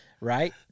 right